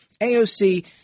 AOC